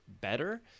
better